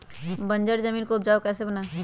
बंजर जमीन को उपजाऊ कैसे बनाय?